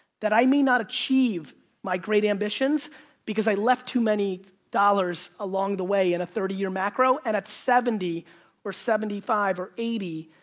that i may not achieve my great ambitions because i left too many dollars along the way in a thirty year macro and at seventy or seventy five or eighty,